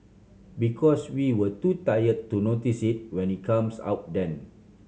because we were too tired to notice it when it comes out then